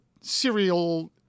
serial